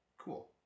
cool